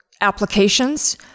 applications